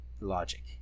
logic